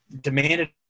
demanded